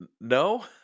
no